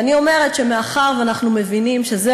ואני אומרת שמאחר שאנחנו מבינים שזה